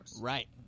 Right